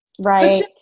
right